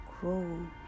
grow